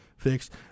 fixed